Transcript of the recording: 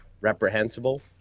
reprehensible